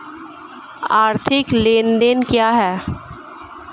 आर्थिक लेनदेन क्या है?